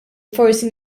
forsi